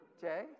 jay